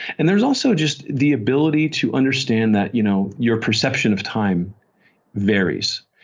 and there's also just the ability to understand that you know your perception of time varies.